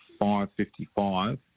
5.55